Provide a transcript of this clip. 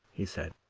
he said.